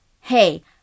hey